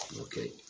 Okay